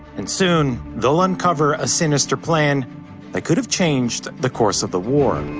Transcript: and soon they'll uncover a sinister plan that could've changed the course of the war.